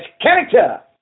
character